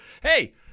hey